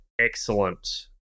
excellent